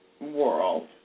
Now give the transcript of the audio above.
world